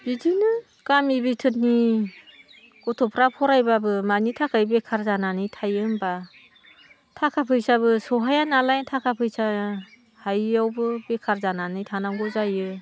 बिदिनो गामि बिथोरनि गथ'फ्रा फरायब्लाबो मानि थाखाय बेखार जानानै थायो होमब्ला थाखा फैसाबो सौहायानालाय थाखा फैसा हायैयावबो बेखार जानानै थानांगौ जायो